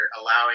allowing